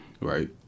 Right